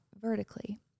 vertically